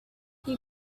you